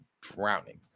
drowning